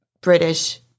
British